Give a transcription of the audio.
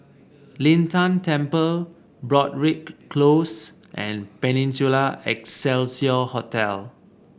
Lin Tan Temple Broadrick Close and Peninsula Excelsior Hotel